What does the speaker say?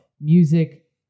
music